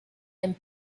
and